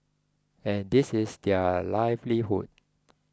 and this is their livelihood